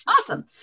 Awesome